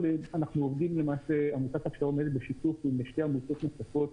עובדת בשיתוף עם שתי עמותות נוספות,